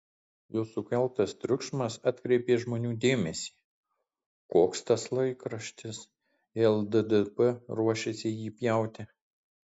jos sukeltas triukšmas atkreipė žmonių dėmesį koks tas laikraštis jei lddp ruošiasi jį pjauti